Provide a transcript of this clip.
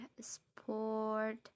sport